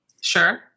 sure